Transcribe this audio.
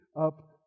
up